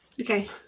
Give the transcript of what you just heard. Okay